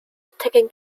taken